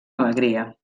alegria